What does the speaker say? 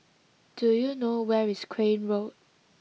do you know where is Crane Road